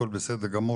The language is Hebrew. הכול בסדר גמור,